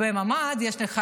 יש תריסים בממ"ד?